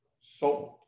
sold